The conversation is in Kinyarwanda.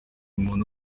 umuntu